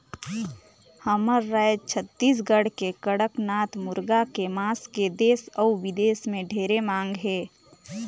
हमर रायज छत्तीसगढ़ के कड़कनाथ मुरगा के मांस के देस अउ बिदेस में ढेरे मांग हे